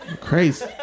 crazy